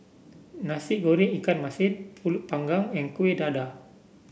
Nasi Goreng Ikan Masin pulut Panggang and Kueh Dadar